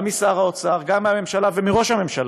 גם משר האוצר, גם מהממשלה ומראש הממשלה: